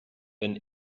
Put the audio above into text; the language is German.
wenn